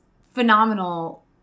phenomenal